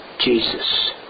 Jesus